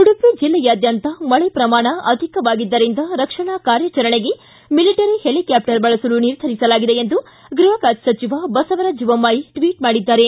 ಉಡುಪಿ ಜಿಲ್ಲೆಯಾದ್ಯಂತ ಮಳೆ ಪ್ರಮಾಣ ಅಧಿಕವಾಗಿದ್ದರಿಂದ ರಕ್ಷಣಾ ಕಾರ್ಯಾಚರಣೆಗೆ ಮಿಲಿಟರಿ ಹೆಲಿಕಾಪ್ಟರ್ ಬಳಸಲು ನಿರ್ಧರಿಸಲಾಗಿದೆ ಎಂದು ಗೃಹ ಖಾತೆ ಸಚಿವ ಬಸವರಾಜ ಬೊಮ್ಮಾಯಿ ಟ್ವಟ್ ಮಾಡಿದ್ದಾರೆ